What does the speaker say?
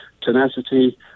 Tenacity